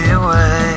away